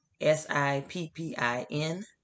S-I-P-P-I-N